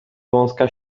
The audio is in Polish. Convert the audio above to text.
wąska